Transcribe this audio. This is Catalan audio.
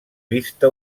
vista